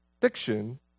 Fiction